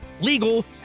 legal